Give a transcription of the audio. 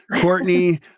Courtney